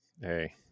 hey